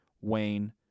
Wayne